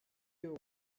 you